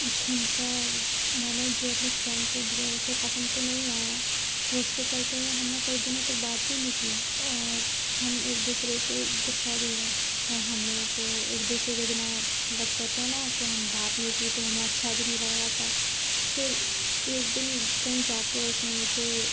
झुमका मैंने जो अपनी फ्रेंड को दिया उसे पसंद तो नहीं आया फिर उसके चलते हमने कई दिनों तक बात भी नहीं की और हम एक दूसरे से गुस्सा भी रहे और हम लोगों को एक दूसरे के बिना मतलब कहते हैं ना कि हम बात नहीं की तो हमें अच्छा भी नहीं लग रहा था फिर एक दिन कहीं जा के उसने मुझसे